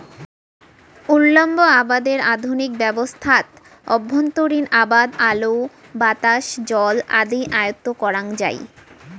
উল্লম্ব আবাদের আধুনিক ব্যবস্থাত অভ্যন্তরীণ আবাদ আলো, বাতাস, জল আদি আয়ত্ব করাং যাই